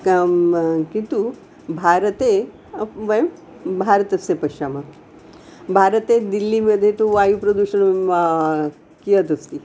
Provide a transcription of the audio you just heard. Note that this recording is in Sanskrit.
कां किन्तु भारते वयं भारतस्य पश्यामः भारते दिल्ली मध्ये तु वायुप्रदूषणं कियदस्ति